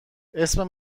اسم